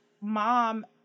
mom